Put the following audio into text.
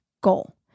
goal